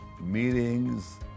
meetings